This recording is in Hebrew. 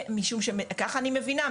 כן, משום שכך אני מבינה.